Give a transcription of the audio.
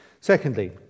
Secondly